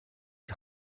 die